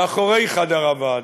מאחורי חדר הוועדה,